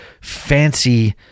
fancy